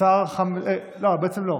השר, בעצם לא.